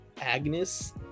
agnes